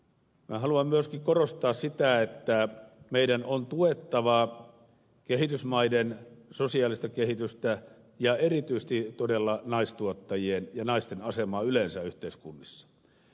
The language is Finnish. minä haluan myöskin korostaa sitä että meidän on tuettava kehitysmaiden sosiaalista kehitystä ja erityisesti todella naistuottajien ja naisten asemaa yleensä yhteiskunnassa